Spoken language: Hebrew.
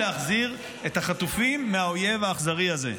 להחזיר את החטופים מהאויב האכזרי הזה.